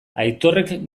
aitorrek